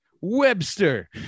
Webster